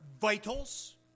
vitals